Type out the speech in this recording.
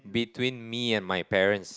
between me and my parents